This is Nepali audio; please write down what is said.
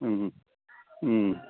उम् उम्